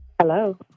Hello